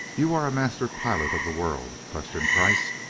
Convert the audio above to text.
you are a master pilot of the world? questioned kreiss,